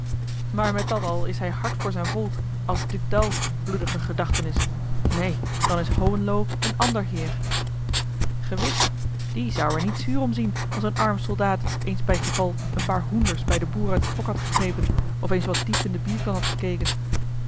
maar met dat al is hij hard voor zijn volk als duc d'alf bloediger gedachtenis neen dan is hohenlo een ander heer gewis die zou er niet zuur om zien als een arme soldaat eens bij geval een paar hoenders bij den boer uit het hok had gegrepen of eens wat diep in de bierkan had gekeken